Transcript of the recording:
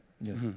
Yes